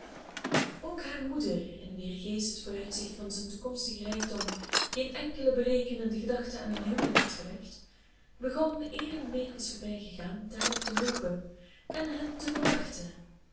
ook haar moeder in wier geest het vooruitzicht van zijn toekomstigen rijkdom geen enkele berekenende gedachte aan een huwelijk had gewekt begon eer een week was voorbijgegaan daarop te hopen en het te verwachten